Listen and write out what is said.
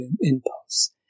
impulse